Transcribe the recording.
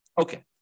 Okay